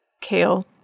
kale